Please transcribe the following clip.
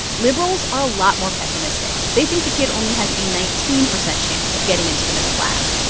liberals are a lot more pessimistic. they think the kid only has a nineteen percent chance of getting into the middle class.